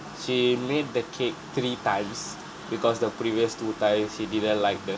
she made the cake three times because the previous two times she didn't like the